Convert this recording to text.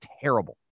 terrible